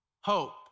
hope